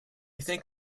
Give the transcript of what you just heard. think